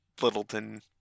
Littleton